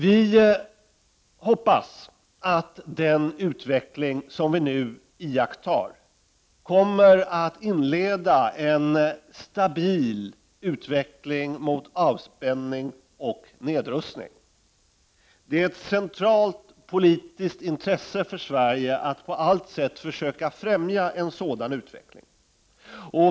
Vi hoppas att den utveckling som vi nu iakttar kommer att inleda en stabil utveckling mot avspänning och nedrustning. Det är ett centralt politiskt intresse för Sverige att på allt sätt försöka främja en sådan utveckling.